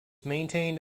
maintained